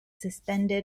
suspended